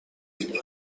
یکماه